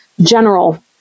general